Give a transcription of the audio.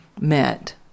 met